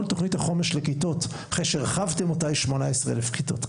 כל תוכנית החומש לכיתות אחרי שהרחבתם אותה היא 18 אלף כיתות,